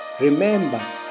Remember